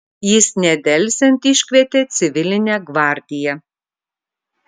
jis nedelsiant iškvietė civilinę gvardiją